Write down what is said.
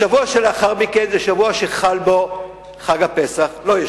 שבוע לאחר מכן זה שבוע שחל בו חג הפסח, לא ישבו.